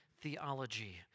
theology